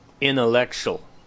intellectual